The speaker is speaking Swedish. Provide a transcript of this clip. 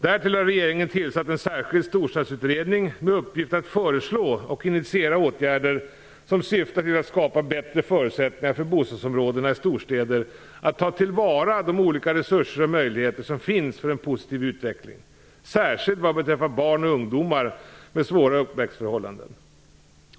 Därtill har regeringen tillsatt en särskild storstadsutredning med uppgift att föreslå och initiera åtgärder som syftar till att skapa bättre förutsättningar för bostadsområdena i storstäderna att ta till vara de olika resurser och möjligheter som finns för en positiv utveckling, särskilt vad beträffar barn och ungdomar med svåra uppväxtförhållanden.